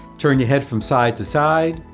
turn your head from side to side,